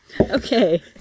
Okay